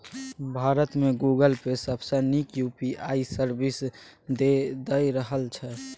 भारत मे Google Pay सबसँ नीक यु.पी.आइ सर्विस दए रहल छै